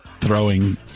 throwing